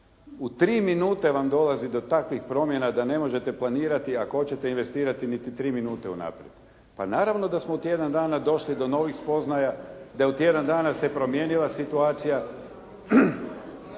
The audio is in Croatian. U tri minute vam dolazi do takvih promjena da ne možete planirati ako hoćete investirati niti tri minute unaprijed. Pa naravno da smo u tjedan dana došli do novih spoznaja, da je u tjedan dana se promijenila situacija.